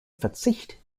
verzicht